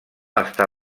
està